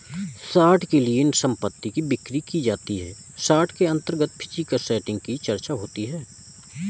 short के लिए संपत्ति की बिक्री की जाती है शॉर्ट के अंतर्गत फिजिकल सेटिंग की चर्चा होती है